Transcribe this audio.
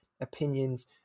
opinions